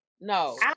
No